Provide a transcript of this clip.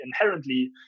inherently